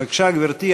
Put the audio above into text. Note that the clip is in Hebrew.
בבקשה, גברתי.